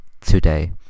today